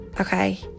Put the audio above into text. Okay